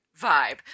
vibe